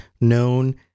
known